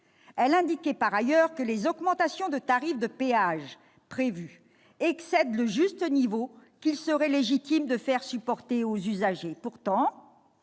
Elle indiquait par ailleurs que « les augmentations de tarifs de péages prévues excèdent le juste niveau qu'il serait légitime de faire supporter aux usagers ». Pourtant,